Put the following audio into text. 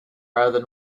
rather